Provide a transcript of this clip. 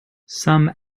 some